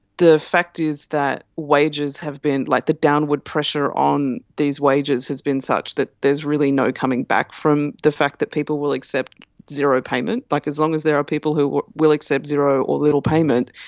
the fact is that wages have been, like, the downward pressure on these wages has been such that there's really no coming back from the fact that people will accept zero payment. like as long as there are people who will will accept zero or little payment,